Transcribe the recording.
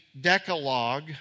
Decalogue